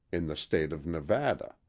in the state of nevada.